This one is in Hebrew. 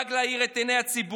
נדאג להאיר את עיני הציבור,